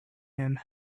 him